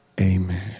Amen